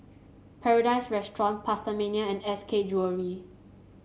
Paradise Restaurant PastaMania and S K Jewellery